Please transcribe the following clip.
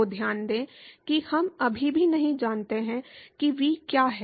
तो ध्यान दें कि हम अभी भी नहीं जानते हैं कि v क्या है